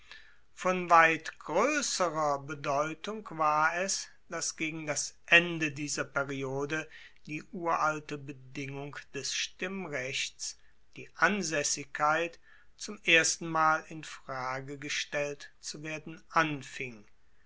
von weit groesserer bedeutung war es dass gegen das ende dieser periode die uralte bedingung des stimmrechts die ansaessigkeit zum erstenmal in frage gestellt zu werden anfing